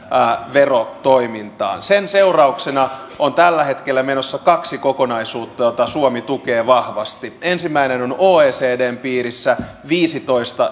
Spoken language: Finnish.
verotoimintaan sen seurauksena on tällä hetkellä menossa kaksi kokonaisuutta joita suomi tukee vahvasti ensimmäinen on oecdn piirissä